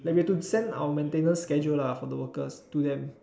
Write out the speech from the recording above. like we have to send our maintenance schedule lah for the workers to them